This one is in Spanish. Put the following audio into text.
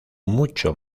mucho